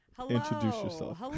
Hello